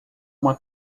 uma